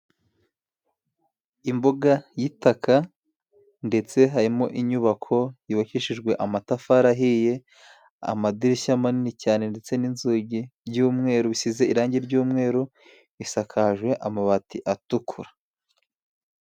Imbuga y'itaka ndetse harimo inyubako yubakishijwe amatafari ahiye, amadirishya manini cyane ndetse n'inzugi by'umweru bisize irangi ry'umweru. Isakaje amabati atukura.